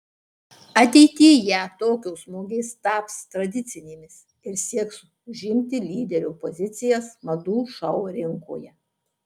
ateityje tokios mugės taps tradicinėmis ir sieks užimti lyderio pozicijas madų šou rinkoje